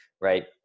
right